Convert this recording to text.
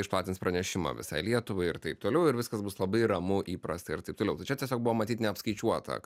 išplatins pranešimą visai lietuvai ir taip toliau ir viskas bus labai ramu įprasta ir taip toliau tai čia tiesiog buvo matyt neapskaičiuota